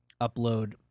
upload